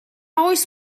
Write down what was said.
oes